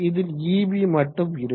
இதில் eb மட்டும் இருக்கும்